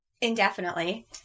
indefinitely